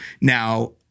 now-